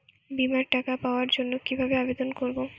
বিমার টাকা পাওয়ার জন্য কিভাবে আবেদন করব?